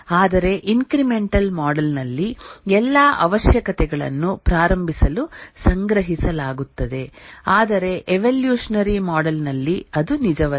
ಆದರೆ incremental model ನಲ್ಲಿ ಎಲ್ಲಾ ಅವಶ್ಯಕತೆಗಳನ್ನು ಪ್ರಾರಂಭಿಸಲು ಸಂಗ್ರಹಿಸಲಾಗುತ್ತದೆ ಆದರೆ ಎವೊಲ್ಯೂಷನರಿ ಮಾಡೆಲ್ ನಲ್ಲಿ ಅದು ನಿಜವಲ್ಲ